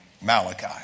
Malachi